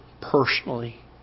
personally